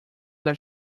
that